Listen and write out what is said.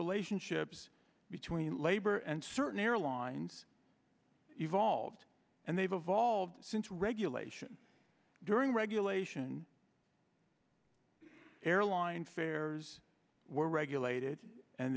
relationships between labor and certain airlines evolved and they've evolved since regulation during regulation airline fares were regulated and